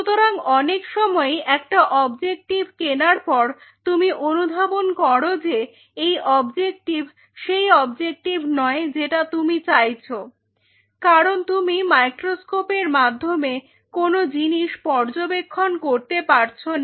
সুতরাং অনেক সময়ই একটা অবজেক্টিভ কেনার পর তুমি অনুধাবন করো যে এই অবজেক্টিভ সেই অবজেক্টিভ নয় যেটা তুমি চাইছো কারণ তুমি মাইক্রোস্কোপের মাধ্যমে কোন জিনিস পর্যবেক্ষণ করতে পারছ না